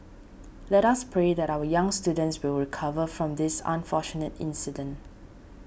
let us pray that our young students will recover from this unfortunate incident